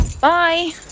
Bye